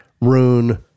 Rune